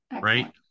Right